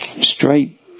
Straight